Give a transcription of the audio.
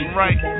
right